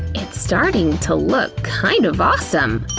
it's starting to look kind of awesome!